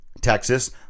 Texas